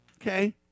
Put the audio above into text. Okay